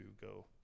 go